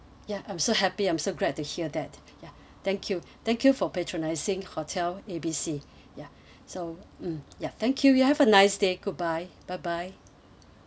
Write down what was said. ya I'm so happy I'm so glad to hear that ya thank you thank you for patronising hotel A B C ya so mm ya thank you you have a nice day goodbye bye bye